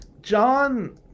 John